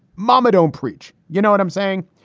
mama, don't preach. you know what i'm saying?